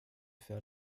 fait